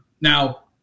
Now